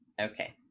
Okay